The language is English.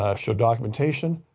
ah show documentation.